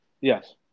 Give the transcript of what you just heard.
Yes